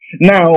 Now